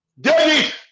David